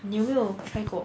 你有没有 try 过